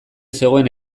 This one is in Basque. zegoen